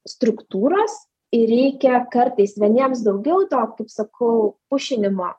struktūros ir reikia kartais vieniems daugiau to kaip sakau pušinimo